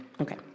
Okay